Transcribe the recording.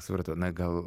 supratau na gal